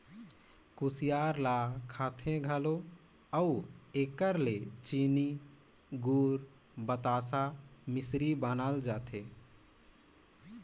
कुसियार ल खाथें घलो अउ एकर ले चीनी, गूर, बतासा, मिसरी बनाल जाथे